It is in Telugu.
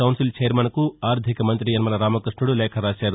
కౌన్సిల్ ఛైర్మన్కు ఆర్దిక మంత్రి యనమల రామకృష్ణుడు లేఖ రాశారు